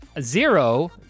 Zero